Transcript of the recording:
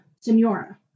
Senora